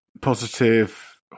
Positive